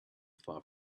far